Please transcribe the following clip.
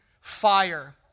fire